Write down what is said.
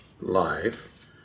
life